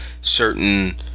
certain